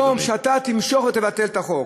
תודיע היום שאתה תמשוך ותבטל את החוק.